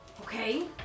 Okay